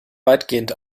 weitgehend